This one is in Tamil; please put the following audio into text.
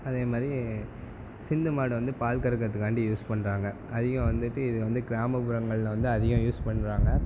அதே மாதிரி சிந்து மாடு வந்து பால்கறக்கிறதுக்காண்டி யூஸ் பண்ணுறாங்க அதிகம் வந்துட்டு இதை வந்து கிராமப்புறங்கள்ல வந்து அதிகம் யூஸ் பண்ணுறாங்க